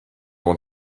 want